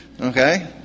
Okay